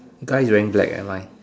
guy is wearing black at mine